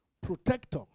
protector